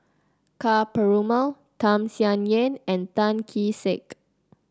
Ka Perumal Tham Sien Yen and Tan Kee Sek